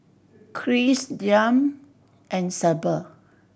Kris Deeann and Sable